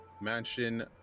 mansion